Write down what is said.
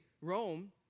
Rome